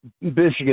Michigan